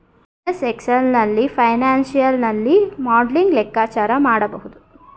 MS Excel ನಲ್ಲಿ financial ನಲ್ಲಿ modelling ಲೆಕ್ಕಾಚಾರ ಮಾಡಬಹುದು